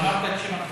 אמרת את שם התרופה?